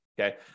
okay